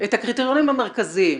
את הקריטריונים המרכזיים.